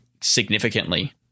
significantly